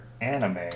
anime